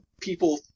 People